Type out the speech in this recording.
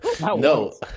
No